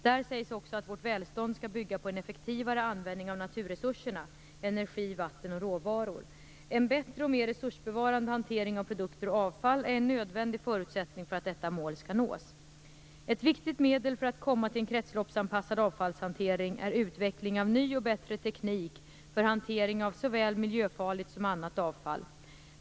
Där sägs också att vårt välstånd skall bygga på en effektivare användning av naturresurserna - energi, vatten och råvaror. En bättre och mer resursbevarande hantering av produkter och avfall är en nödvändig förutsättning för att detta mål skall nås. Ett viktigt medel för att få till stånd en kretsloppsanpassad avfallshantering är utveckling av ny och bättre teknik för hantering av såväl miljöfarligt som annat avfall.